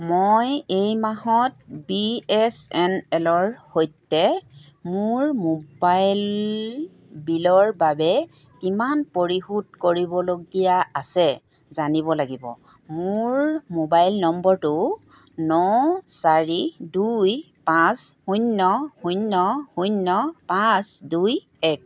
মই এই মাহত বি এছ এন এল ৰ সৈতে মোৰ মোবাইল বিলৰ বাবে কিমান পৰিশোধ কৰিবলগীয়া আছে জানিব লাগিব মোৰ মোবাইল নম্বৰটো ন চাৰি দুই পাঁচ শূন্য় শূন্য় শূন্য় পাঁচ দুই এক